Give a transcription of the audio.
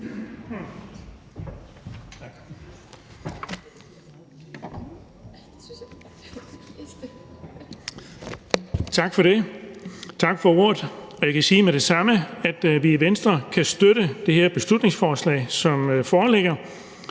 Tak for det, tak for ordet. Jeg kan med det samme sige, at vi i Venstre kan støtte det her beslutningsforslag, som foreligger.